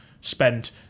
spent